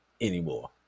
anymore